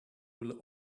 will